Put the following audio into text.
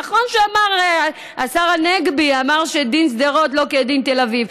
נכון שהשר הנגבי אמר שדין שדרות לא כדין תל אביב,